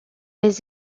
les